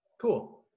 Cool